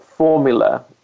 formula